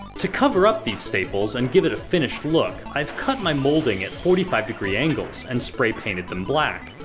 to cover up these staples, and give it a finished look, i've cut my moulding at forty five degree angles, and spray painted them black.